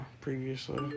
previously